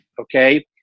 okay